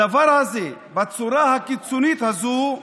הדבר הזה, בצורה הקיצונית הזאת,